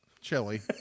chili